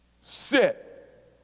Sit